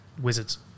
Wizards